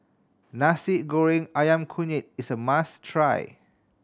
Nasi Goreng Ayam Kunyit is a must try